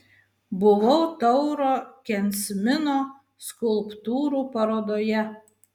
buvau tauro kensmino skulptūrų parodoje